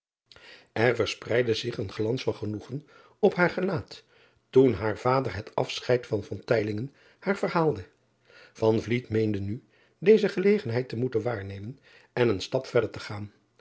r verspreidde zich een glans van genoegen op haar gelaat toen haar vader het afscheid van haar verhaalde meende nu deze ge driaan oosjes zn et leven van aurits ijnslager legenheid te moeten waarnemen en een stap verder te gaan